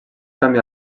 camí